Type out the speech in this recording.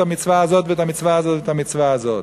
המצווה הזאת ואת המצווה הזאת ואת המצווה הזאת?